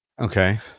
Okay